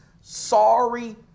Sorry